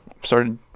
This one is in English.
started